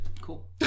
cool